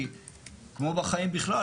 כי כמו בחיים בכלל,